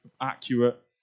accurate